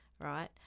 right